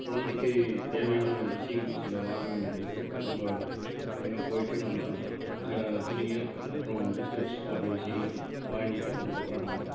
குழந்தைக்கு தேவையான விஷயங்கள் சில வாங்க வேண்டியது இருக்குது நம்ம அங்கே போயிட்டு நம்ம துணிகள் மற்றும் பிஸ்க்கட்ஸ் போன்ற விஷயங்கள் வாங்கிவிட்டு அதுக்கு அப்புறம் நம்ம